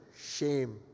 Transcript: shame